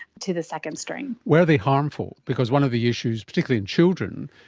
to the second strain. were they harmful? because one of the issues, particularly in children,